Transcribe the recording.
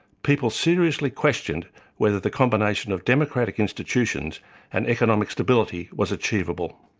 people seriously questioned whether the combination of democratic institutions and economic stability was achievable.